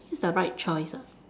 it's the right choice ah